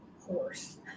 horse